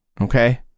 okay